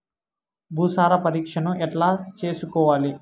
భూసార పరీక్షను ఎట్లా చేసుకోవాలి?